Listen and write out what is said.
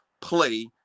play